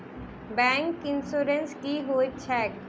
Bank insurance की होइत छैक?